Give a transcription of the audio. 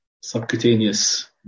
subcutaneous